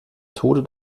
tode